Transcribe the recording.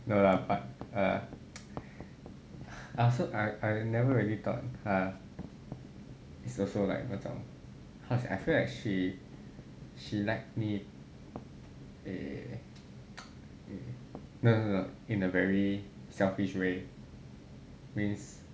no lah but err I also I I never really thought ah it's also like 那种 how to say I feel like she she like me eh no no no in a very selfish way means